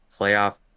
playoff